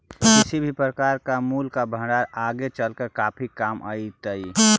किसी भी प्रकार का मूल्य का भंडार आगे चलकर काफी काम आईतई